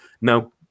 now